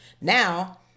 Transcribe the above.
now